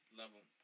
level